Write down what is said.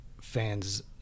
fans